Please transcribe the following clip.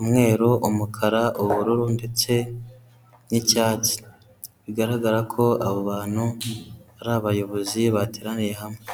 umweru, umukara, ubururu ndetse n'icyatsi. Bigaragara ko abo bantu ari abayobozi bateraniye hamwe.